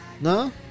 No